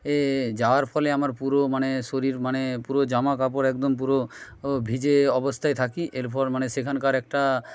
যাওয়ার ফলে আমার পুরো মানে শরীর মানে পুরো জামাকাপড় একদম পুরো ভিজে অবস্থায় থাকি এরপর মানে সেখানকার একটা